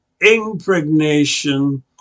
impregnation